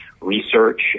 research